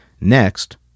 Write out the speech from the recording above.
Next